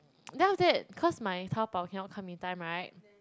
then after that cause my Taobao cannot come in time right